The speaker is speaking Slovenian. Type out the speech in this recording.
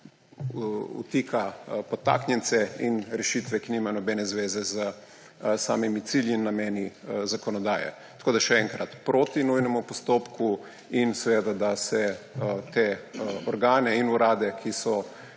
vtika potaknjence in rešitve, ki nimajo nobene zveze s samimi cilji in nameni zakonodaje. Tako da še enkrat – proti nujnemu postopku in seveda, da se te organe in urade, ki so